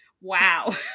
wow